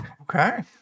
Okay